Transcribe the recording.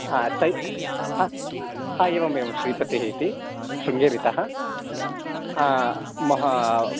हा चैत् ह हा एवम् एवं श्रीपतिः इति शृङ्गेरितः हा महोदयः